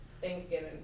Thanksgiving